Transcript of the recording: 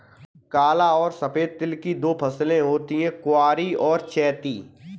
काला और सफेद तिल की दो फसलें होती है कुवारी और चैती